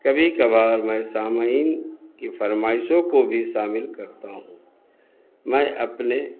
کبھی کبھار میں سامعین کی فرمائشوں کو بھی شامل کرتا ہوں میں اپنے